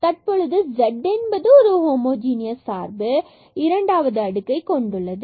தற்பொழுது z என்பது ஒரு ஹோமோ ஜீனியஸ் சார்பு இரண்டாவது அடுக்கை கொண்டுள்ளது